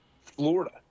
Florida